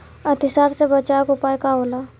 अतिसार से बचाव के उपाय का होला?